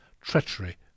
treachery